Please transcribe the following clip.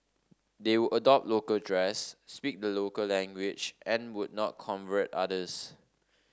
they would adopt local dress speak the local language and would not convert others